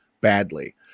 badly